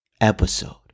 episode